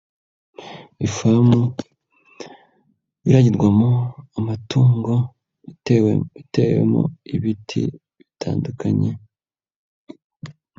Ifamu iragirwamo amatungo, itewemo ibiti bitandukanye.